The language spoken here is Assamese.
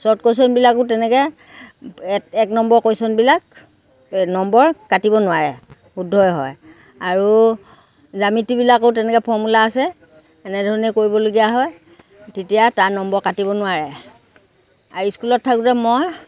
ছৰ্ট কুৱেশ্য়নবিলাকো তেনেকৈ এক নম্বৰ কুৱেশ্য়নবিলাক নম্বৰ কাটিব নোৱাৰে শুদ্ধই হয় আৰু জ্যামিতিবিলাকো তেনেকৈ ফৰ্মুলা আছে তেনেধৰণে কৰিবলগীয়া হয় তেতিয়া তাত নম্বৰ কাটিব নোৱাৰে আৰু ইস্কুলত থাকোঁতে মই